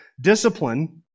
discipline